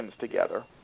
together